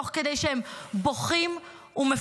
תוך כדי שהם בוכים ומפוחדים,